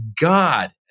God